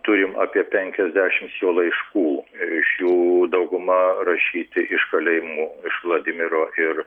turim apie penkiasdešimts jo laiškų iš jų dauguma rašyti iš kalėjimų iš vladimiro ir